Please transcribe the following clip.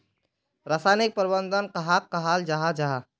रासायनिक प्रबंधन कहाक कहाल जाहा जाहा?